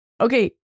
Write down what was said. Okay